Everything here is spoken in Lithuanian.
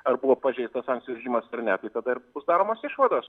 ar buvo pažeistas sankcijų režimas ar ne tai tada ir bus bus daromos išvados